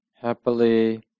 happily